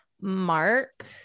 mark